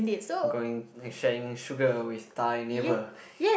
I'm going sharing sugar with Thai neighbour